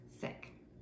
sick